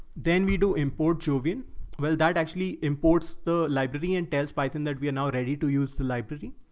then we do import jovian well, that actually imports the library and tells python that we are now ready to use the library.